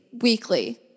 weekly